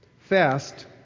Fast